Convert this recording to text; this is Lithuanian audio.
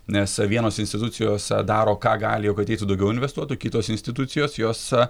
nes vienos institucijos daro ką gali jog ateitų daugiau investuotų kitos institucijos jos